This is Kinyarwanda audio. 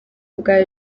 bwa